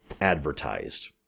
advertised